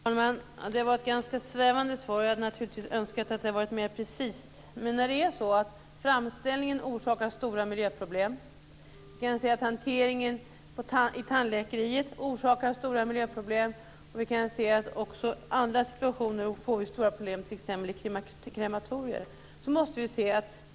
Fru talman! Det var ett ganska svävande svar. Jag hade naturligtvis önskat att det hade varit mer precist. Framställningen orsakar stora miljöproblem. Vi kan se att hanteringen i tandläkeriet orsakar stora miljöproblem. Vi kan också se att det i andra sammanhang blir stora problem, t.ex. i krematorier.